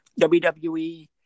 WWE